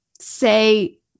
say